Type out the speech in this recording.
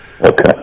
Okay